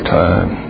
time